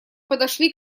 подошли